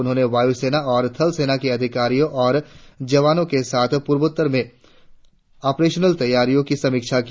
उन्होंने वायु सेना और थल सेना के अधिकारियों और जवानों के साथ पूर्वोत्तर में आपरेशनल तैयारियों की समीक्षा की